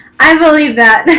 i believe that,